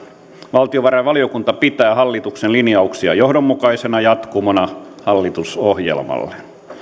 valtiovarainvaliokunta pitää hallituksen linjauksia johdonmukaisena jatkumona hallitusohjelmalle